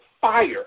fire